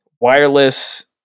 wireless